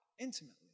intimately